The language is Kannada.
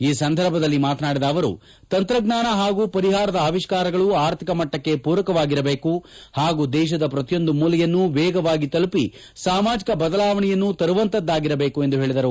ಈ ಸಂದರ್ಭದಲ್ಲಿ ಮಾತನಾಡಿದ ಅವರು ತಂತ್ರಜ್ಞಾನ ಪಾಗೂ ಪರಿಹಾರದ ಅವಿಷ್ಕಾರಗಳು ಅರ್ಥಿಕ ಮಟ್ಟಕ್ಕೆ ಪೂರಕವಾಗಿರಬೇಕು ಪಾಗೂ ದೇಶದ ಪ್ರತಿಯೊಂದು ಮೂಲೆಯನ್ನು ವೇಗವಾಗಿ ತಲುಪಿ ಸಾಮಾಜಕ ಬದಲಾವಣೆಯನ್ನು ತರುವಂತದ್ದಾಗಿರಬೇಕು ಎಂದು ಹೇಳಿದರು